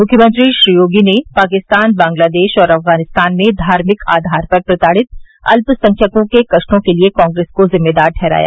मुख्यमंत्री श्री योगी ने पाकिस्तान बांग्लादेश और अफगानिस्तान में धार्मिक आधार पर प्रताडित अल्पसंख्यकों के कष्टों के लिए कांग्रेस को जिम्मेदार ठहराया